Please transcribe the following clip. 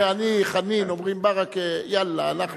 אני, חנין, אומרים ברכֵה, יאללה, הלכנו,